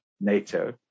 NATO